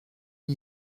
une